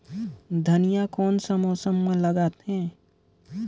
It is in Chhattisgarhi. धनिया कोन सा मौसम मां लगथे?